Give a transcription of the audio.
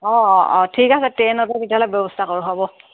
অঁ অঁ অঁ ঠিক আছে ট্ৰেইনতে তেতিয়াহ'লে ব্যৱস্থা কৰোঁ হ'ব